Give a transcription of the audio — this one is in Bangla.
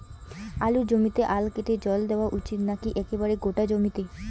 আলুর জমিতে আল কেটে জল দেওয়া উচিৎ নাকি একেবারে গোটা জমিতে?